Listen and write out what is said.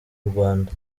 rwanda